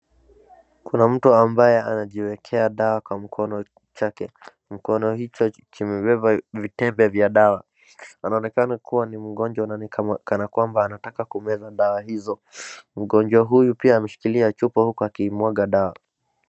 Kuna mtu ambaye anajiwekea dawa kwa mkono wake. Mkono huo umebeba mkebe wa dawa. Anaonekana kuwa ni mgonjwa kana kwamba anataka kumeza dawa hizo. Mgonjwa huyo pia ameshikilia chupa huku akiimwaga dawa.